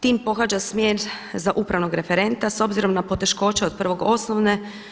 Tin pohađa smjer za upravnog referenta s obzirom na poteškoće od prvog osnovne.